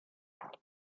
dos